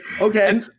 okay